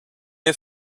nie